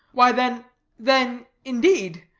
why, then then, indeed,